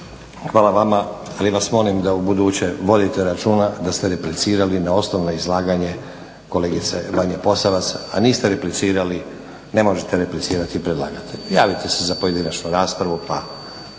Hvala vama. Ja vas molim da ubuduće vodite računa da ste replicirali na osnovno izlaganje kolegice Vanje Posavac, a niste replicirali, ne možete replicirati predlagatelju. Javite se za pojedinačnu raspravu pa